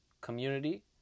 community